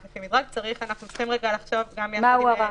צריך לחשוב מה הוא הרף.